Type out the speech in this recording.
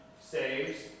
saves